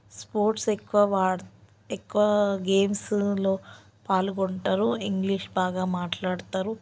sports ఎక్కువ ఎక్కువ గేమ్స్లో పాల్గొంటారు ఇంగ్లీష్ బాగా మాట్లాడతారు